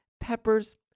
peppers